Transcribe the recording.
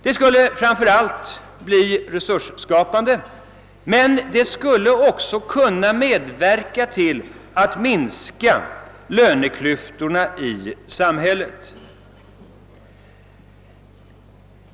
Det skulle framför allt bli resursskapande, men det skulle också kunna medverka till att minska löneklyftorna i samhället.